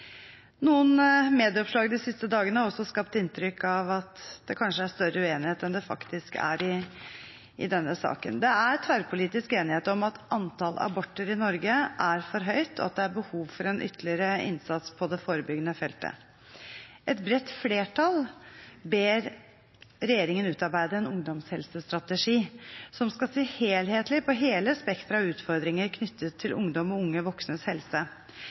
Noen medieoppslag de siste dagene har også skapt inntrykk av at det kanskje er større uenighet enn det faktisk er i denne saken. Det er tverrpolitisk enighet om at antallet aborter i Norge er for høyt, og at det er behov for en ytterligere innsats på det forebyggende feltet. Et bredt flertall ber regjeringen utarbeide en ungdomshelsestrategi som skal se helhetlig på hele spekteret av utfordringer knyttet til ungdoms og unge voksnes helse.